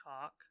talk